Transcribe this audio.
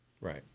Right